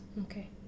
Okay